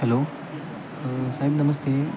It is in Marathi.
हॅलो साहेब नमस्ते